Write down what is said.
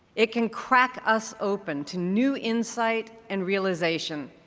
it can crack us open to new insight and realization,